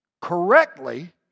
correctly